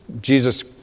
Jesus